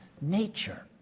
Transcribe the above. nature